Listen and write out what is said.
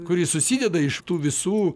kuris susideda iš tų visų